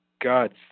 God